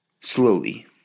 slowly